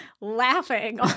laughing